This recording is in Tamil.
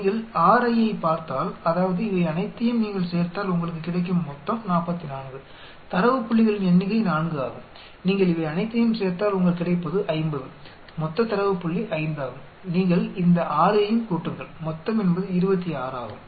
நீங்கள் Ri யைப் பார்த்தால் அதாவது இவை அனைத்தையும் நீங்கள் சேர்த்தால் உங்களுக்கு கிடைக்கும் மொத்தம் 44 தரவு புள்ளிகளின் எண்ணிக்கை 4 ஆகும் நீங்கள் இவை அனைத்தையும் சேர்த்தால் உங்களுக்குக் கிடைப்பது 50 மொத்த தரவு புள்ளி 5 ஆகும் நீங்கள் இந்த 6 யையும் கூட்டுங்கள் மொத்தம் என்பது 26 ஆகும்